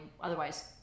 otherwise